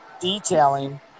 detailing